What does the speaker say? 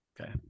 Okay